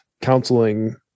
counseling